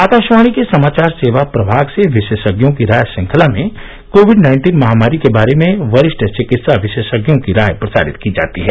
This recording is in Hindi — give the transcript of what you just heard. आकाशवाणी के समाचार सेवा प्रभाग से विशेषज्ञों की राय श्रंखला में कोविड नाइन्टीन महामारी के बारे में वरिष्ठ चिकित्सा विशेषज्ञों की राय प्रसारित की जाती है